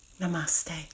Namaste